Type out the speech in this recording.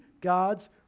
God's